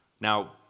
Now